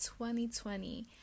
2020